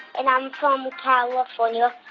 and i'm from california.